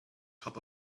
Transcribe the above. top